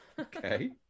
Okay